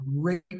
great